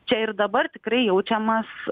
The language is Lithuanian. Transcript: čia ir dabar tikrai jaučiamas